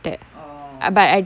oh